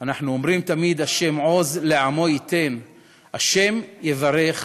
אנחנו אומרים תמיד "ה' עֹז לעמו יתן, ה' יברך